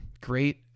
great